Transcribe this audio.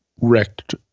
wrecked